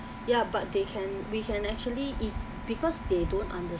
yeah but they can we can actually because they don't under